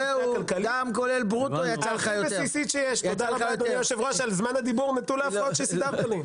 תודה לך אדוני היושב ראש על זמן הדיבור נטול ההפרעות שסידרת לי.